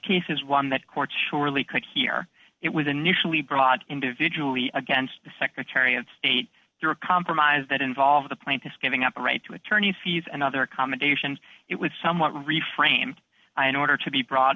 case is one that courts surely could hear it was initially brought individually against the secretary of state through a compromise that involved the plaintiffs giving up the right to attorney fees and other accommodation it was somewhat reframe i order to be brought